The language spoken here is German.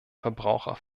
verbraucher